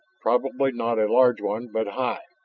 probably not a large one, but high.